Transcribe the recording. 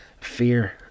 Fear